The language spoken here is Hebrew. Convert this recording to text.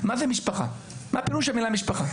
מה פירוש המילה משפחה?